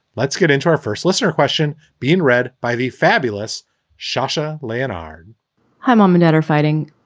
let's get into our first listener question being read by the fabulous shasha lanard hi. mom and dad are fighting.